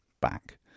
back